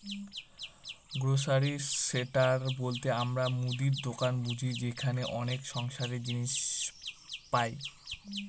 grocery store বলতে আমরা মুদির দোকান বুঝি যেখানে অনেক সংসারের জিনিস পাই